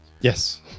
Yes